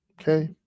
okay